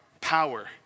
power